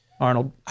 Arnold